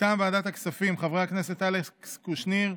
מטעם ועדת הכספים חברי הכנסת אלכס קושניר,